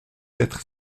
être